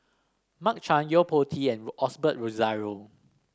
Mark Chan Yo Po Tee and Osbert Rozario